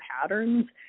patterns